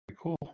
cool